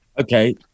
Okay